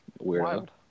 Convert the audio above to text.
Weird